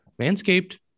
Manscaped